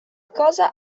cosa